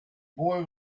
boy